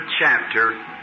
chapter